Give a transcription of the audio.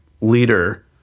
leader